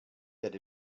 that